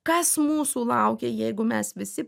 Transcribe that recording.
kas mūsų laukia jeigu mes visi